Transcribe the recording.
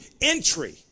Entry